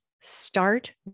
start